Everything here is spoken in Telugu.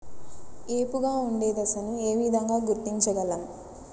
ఏపుగా ఉండే దశను ఏ విధంగా గుర్తించగలం?